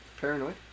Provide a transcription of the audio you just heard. Paranoid